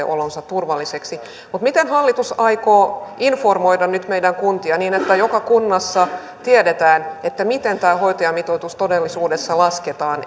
olonsa turvalliseksi mutta miten hallitus aikoo informoida nyt meidän kuntia niin että joka kunnassa tiedetään miten tämä hoitajamitoitus todellisuudessa lasketaan